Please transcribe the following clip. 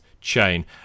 chain